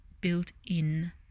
built-in